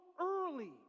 early